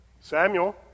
Samuel